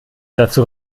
dazu